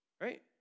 Right